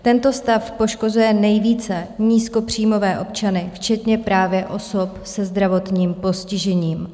Tento stav poškozuje nejvíce nízkopříjmové občany, včetně právě osob se zdravotním postižením.